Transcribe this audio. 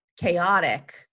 chaotic